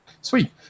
Sweet